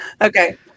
Okay